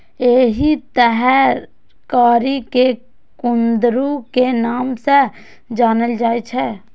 एहि तरकारी कें कुंदरू के नाम सं जानल जाइ छै